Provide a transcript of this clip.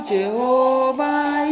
Jehovah